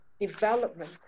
development